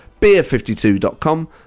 beer52.com